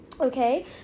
okay